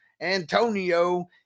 Antonio